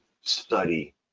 study